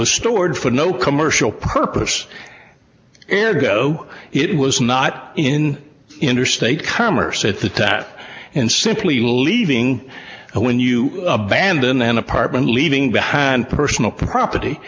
was stored for no commercial purpose and go it was not in interstate commerce at the tatt and simply leaving when you abandon an apartment leaving behind personal property